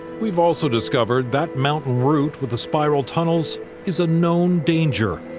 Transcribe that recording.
we've also discovered that mountain route with the spiral tunnels is a known danger.